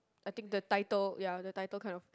I think the title ya the title kind of